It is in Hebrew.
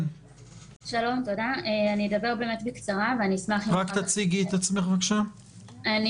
אדבר בקצרה, ואשמח אם